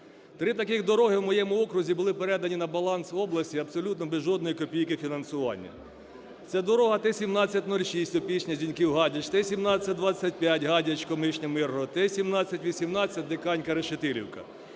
Три таких дороги у моєму окрузі були передані на баланс області абсолютно без жодної копійки фінансування. Це дорога T-1706 Опішня-Зіньків-Гадяч, T-1725 Гадяч-Комишня-Миргород, T-1718 Диканька-Решетилівка.